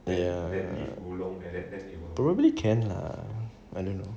ya probably can lah I don't know